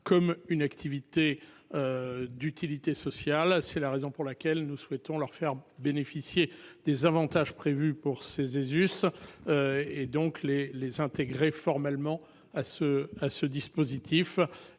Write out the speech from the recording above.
comme une activité. D'utilité sociale. C'est la raison pour laquelle nous souhaitons leur faire bénéficier des avantages prévus pour ses us. Et donc les les intégrer formellement à ce à ce dispositif